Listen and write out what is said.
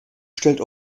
stellt